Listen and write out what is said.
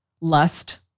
lust